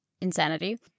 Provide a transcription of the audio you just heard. insanity